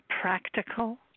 practical